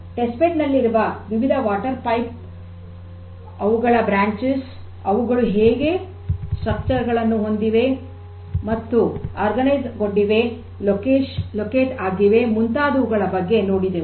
test bed ನಲ್ಲಿರುವ ವಿವಿಧ ನೀರಿನ ಕೊಳವೆಗಳು ಅವುಗಳ ಶಾಖೆಗಳು ಅವುಗಳು ಹೇಗೆ ರಚನೆಯನ್ನು ಒಳಗೊಂಡಿದೆ ಮತ್ತು ಸಂಘಟನೆಗೊಂಡಿವೆ ಪತ್ತೆ ಆಗಿವೆ ಮುಂತಾದುವುಗಳ ಬಗ್ಗೆ ನೋಡಿದೆವು